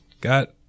got